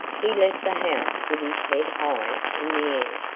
he left the house with his head high in the